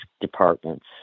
departments